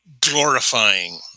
glorifying